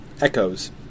echoes